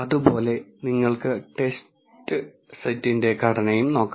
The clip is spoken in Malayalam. അതുപോലെ നിങ്ങൾക്ക് ടെസ്റ്റ് സെറ്റിന്റെ ഘടനയും നോക്കാം